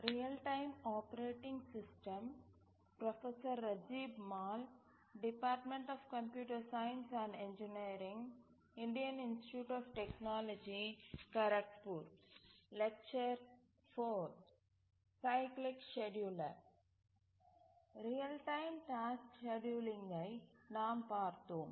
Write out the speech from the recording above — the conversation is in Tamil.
ரியல் டைம் டாஸ்க்கு ஸ்கேட்யூலிங்கை நாம் பார்த்தோம்